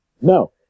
No